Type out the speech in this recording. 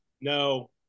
No